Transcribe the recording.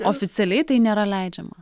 oficialiai tai nėra leidžiama